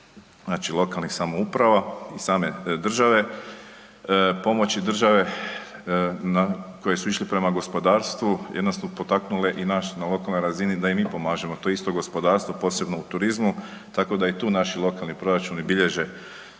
znači lokalnih samouprava, same države, pomoći države, na, koje su išle prema gospodarstvu i onda su potaknule i nas na lokalnoj razini da i mi pomažemo to isto gospodarstvo, posebno u turizmu, tako da i tu naši lokalni proračuni bilježe